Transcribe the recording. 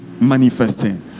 manifesting